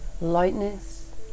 lightness